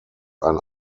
ein